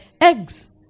eggs